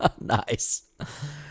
nice